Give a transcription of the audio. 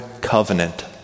covenant